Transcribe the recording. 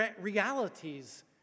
realities